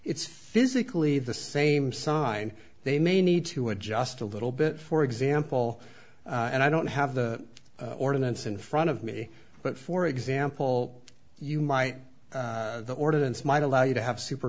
it's physically the same sign they may need to adjust a little bit for example and i don't have the ordinance in front of me but for example you might the ordinance might allow you to have super